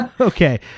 Okay